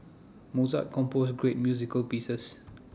Mozart composed great music pieces